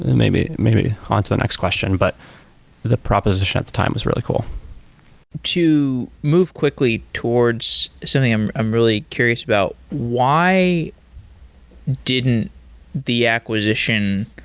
maybe maybe onto the next question, but the proposition at the time was really cool to move quickly towards something i'm i'm really curious about, why didn't the acquisition